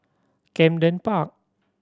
Camden Park